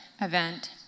event